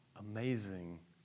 Amazing